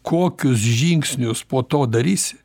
kokius žingsnius po to darysi